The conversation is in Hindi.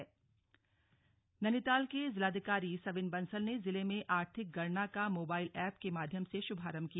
मोबाइल एप नैनीताल के जिलाधिकारी सविन बंसल ने जिले में आर्थिक गणना का मोबाईल एप के माध्यम से शुभारंभ किया